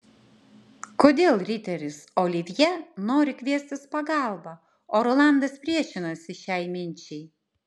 kodėl riteris olivjė nori kviestis pagalbą o rolandas priešinasi šiai minčiai